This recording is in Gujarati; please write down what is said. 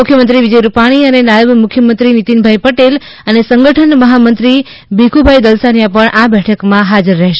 મુખ્યમંત્રી વિજય રૂપાણી અને નાયબ મુખ્યમંત્રી નિતિનભાઈ પટેલ અને સંગઠન મહામંત્રી ભીખુભાઈ દલસાનિયા આ બેઠકમાં હાજર હશે